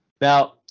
Now